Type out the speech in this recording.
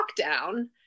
lockdown